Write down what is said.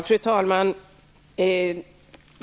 Fru talman!